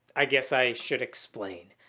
i guess i should explain.